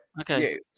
Okay